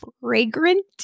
fragrant